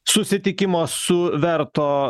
susitikimo su verto